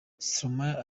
stromae